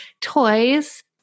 toys